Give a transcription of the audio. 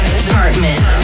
apartment